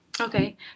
Okay